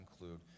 include